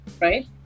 right